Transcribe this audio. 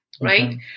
right